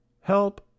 Help